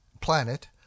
planet